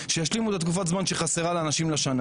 שישלימו לתקופת הזמן שחסרה לאנשים לשנה